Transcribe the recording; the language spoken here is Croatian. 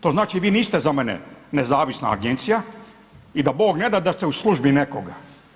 To znači vi niste za mene nezavisna agencija i da Bog ne da, da ste u službi nekoga.